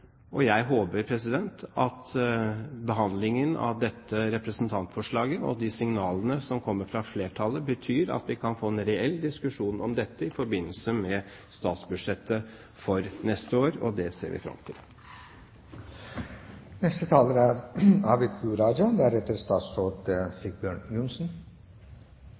for. Jeg håper behandlingen av dette representantforslaget og de signalene som kommer fra flertallet, betyr at vi kan få en reell diskusjon om dette i forbindelse med statsbudsjettet for neste år. Det ser vi fram til. For Venstre er